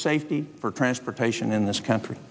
safety for transportation in this country